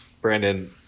Brandon